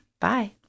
Bye